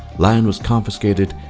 land was confiscated,